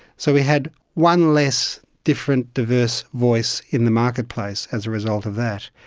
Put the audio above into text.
so we had one less different diverse voice in the marketplace as a result of that.